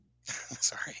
Sorry